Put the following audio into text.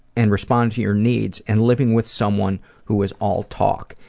and respond to your needs, and living with someone who is all talk.